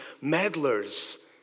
meddlers